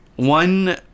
One